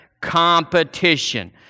Competition